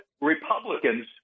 Republicans